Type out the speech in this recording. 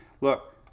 Look